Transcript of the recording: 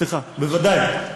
סליחה, בוודאי.